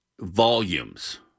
volumes